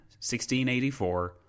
1684